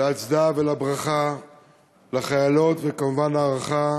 להצדעה ולברכה לחיילות, וכמובן, הערכה